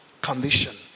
condition